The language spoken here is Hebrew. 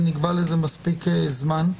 ונקבע לזה מספיק זמן.